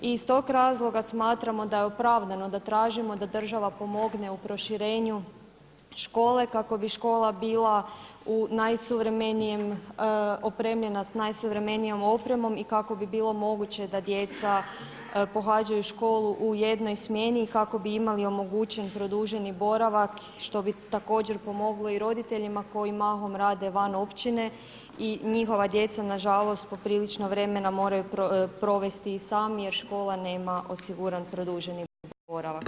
I iz tog razloga smatramo da je opravdano da tražimo da država pomogne u proširenju škole kako bi škola bila u najsuvremenijem, opremljena sa najsuvremenijom opremom i kako bi bilo moguće da djeca pohađaju školu u jednom smjeni i kako bi imali omogućen produženi boravak što bi također pomoglo i roditeljima koji mahom rade van općine i njihova djeca nažalost poprilično vremena moraju provesti sami jer škola nema osiguran produženi boravak.